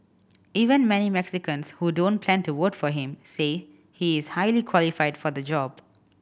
even many Mexicans who don't plan to vote for him say he is highly qualified for the job